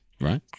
right